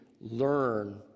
learn